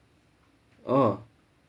oh